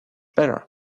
better